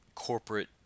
corporate